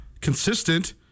consistent